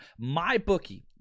mybookie